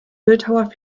bildhauer